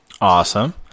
Awesome